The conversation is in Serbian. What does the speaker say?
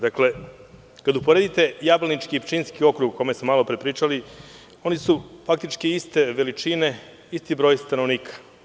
Dakle, kad uporedite Jablanički i Pčinjski okrug o kome smo malopre pričali, oni su iste veličine, isti broj stanovnika.